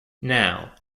now